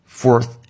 fourth